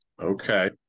Okay